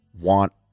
want